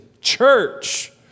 church